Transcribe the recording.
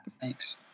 Thanks